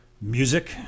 music